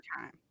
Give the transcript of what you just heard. time